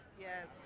Yes